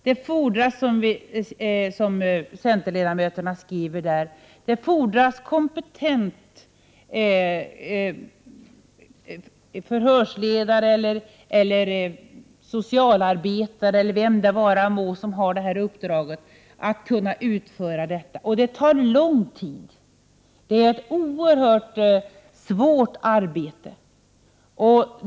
Det fordras, som centerledamöterna skriver i sin reservation, en kompetent förhörsledare, socialarbetare eller vem det vara må som talar med barnen. Och det tar lång tid, för det är ett oerhört svårt arbete.